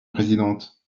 présidente